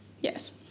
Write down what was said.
yes